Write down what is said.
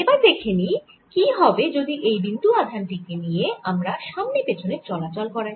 এবার দেখে নিই কি হবে যদি এই বিন্দু আধান টি কে নিয়ে আমরা সামনে পেছনে চলাচল করাই